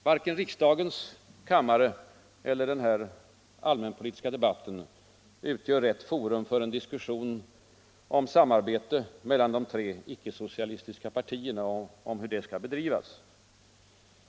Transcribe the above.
Varken riksdagens kammare eller den här allmänpolitiska debatten utgör rätt forum för en diskussion om hur samarbetet mellan de tre icke-socialistiska partierna skall bedrivas.